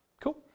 Cool